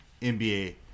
NBA